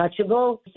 touchable